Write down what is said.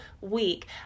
week